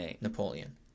Napoleon